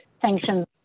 sanctions